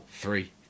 three